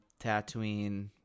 Tatooine